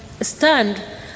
stand